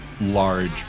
large